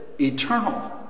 eternal